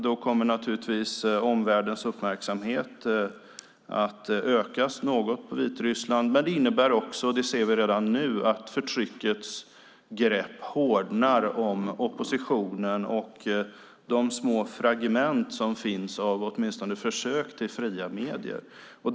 Då kommer naturligtvis omvärldens uppmärksamhet på Vitryssland att öka, men det innebär också - det ser vi redan nu - att förtryckets grepp hårdnar om oppositionen och om de små försök till fria medier som finns.